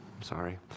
Sorry